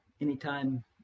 anytime